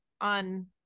on